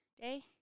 day